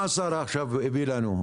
מה השרה עכשיו הביאה לנו,